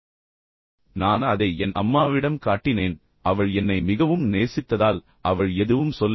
பின்னர் நான் அதை என் அம்மாவிடம் காட்டினேன் அவள் என்னை மிகவும் நேசித்ததால் அவள் எதுவும் சொல்லவில்லை